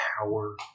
power